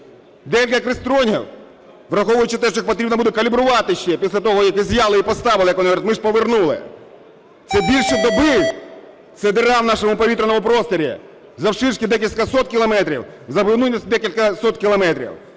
Декілька клістронів, враховуючи те, що їх потрібно буде калібрувати ще після того, як изъяли і поставили, як вони говорять, ми ж повернули. Це більше доби, це діра в нашому повітряному просторі завширшки декілька сотень кілометрів, заввишки декілька сотень кілометрів.